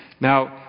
Now